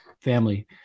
family